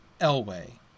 Elway